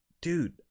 dude